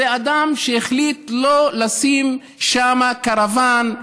זה אדם שהחליט שלא לשים שם קרוון,